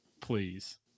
please